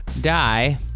die